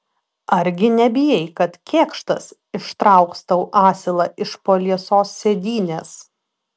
argi nebijai kad kėkštas ištrauks tau asilą iš po liesos sėdynės